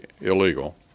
illegal